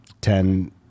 Ten